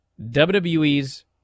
WWE's